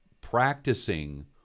practicing